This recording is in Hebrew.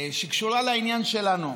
שלוש דקות, שקשורה לעניין שלנו.